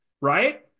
right